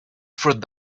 fruit